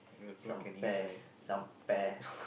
some pears some pear